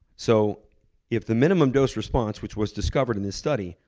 so if the minimum dose response, which was discovered in this study,